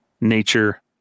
nature